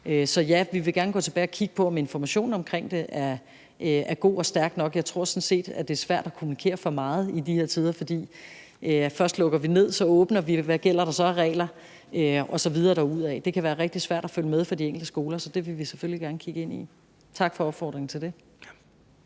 Så ja, vi vil gerne gå tilbage og kigge på, om informationen omkring det er god og stærk nok. Jeg tror sådan set, at det er svært at kommunikere for meget i de her tider, for først lukker vi ned, så åbner vi, og hvad gælder der så af regler osv. derudad? Det kan være rigtig svært at følge med for de enkelte skoler, så det vil vi selvfølgelig gerne kigge ind i. Tak for opfordringen til det.